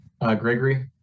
Gregory